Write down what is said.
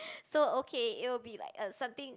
so okay it will be like a something